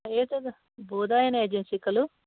एतत् बोधायन एजेन्सि खलु